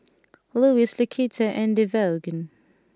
Louis Lucetta and Devaughn